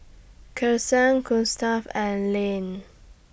Kelsey Gustaf and Lane